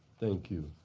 thank you.